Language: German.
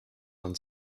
man